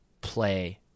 play